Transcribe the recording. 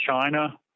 China